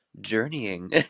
journeying